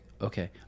Okay